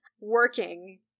working